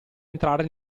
entrare